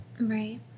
Right